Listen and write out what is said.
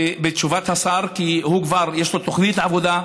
בתשובת השר, כי כבר יש לו תוכנית עבודה.